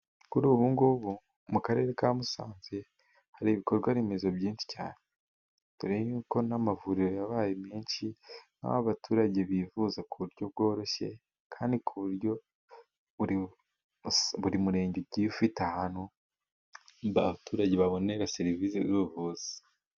Kuri ubu ngubu mu karere ka Musanze hari ibikorwa remezo byinshi cyane, dore yuko n'amavuriro yabaye menshi, nk'aba abaturage bivuza ku buryo bworoshye, kandi ku buryo buri murenge ugiye ufite ahantu abaturage babonera serivise z'ubuvuzi.